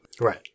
Right